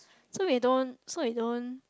so we don't so we don't